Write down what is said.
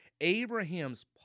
Abraham's